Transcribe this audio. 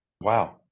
Wow